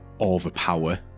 overpower